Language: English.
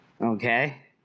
Okay